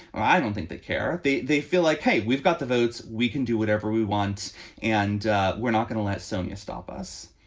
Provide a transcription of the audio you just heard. i don't think they care. they they feel like, hey, we've got the votes. we can do whatever we want and we're not going to let sonia stop us